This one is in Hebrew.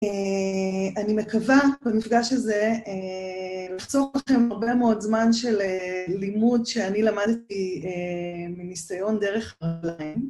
אני מקווה במפגש הזה לחסוך לכם הרבה מאוד זמן של לימוד שאני למדתי מניסיון דרך עליהם